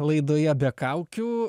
laidoje be kaukių